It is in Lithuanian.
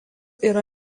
yra